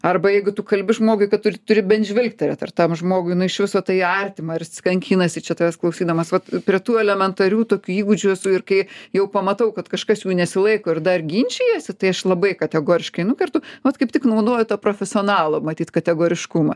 arba jeigu tu kalbi žmogui kad tu turi bent žvilgterėt ar tam žmogui nu iš viso tai artima ar jis kankinasi čia tavęs klausydamas vat prie tų elementarių tokių įgūdžių esu ir kai jau pamatau kad kažkas jų nesilaiko ir dar ginčijasi tai aš labai kategoriškai nukertu vat kaip tik naudoju tą profesionalo matyt kategoriškumą